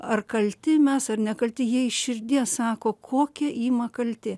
ar kalti mes ar nekalti jie iš širdies sako kokia ima kaltė